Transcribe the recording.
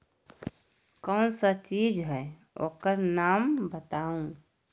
कौन सा चीज है ओकर नाम बताऊ?